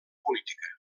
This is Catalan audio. política